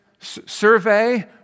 survey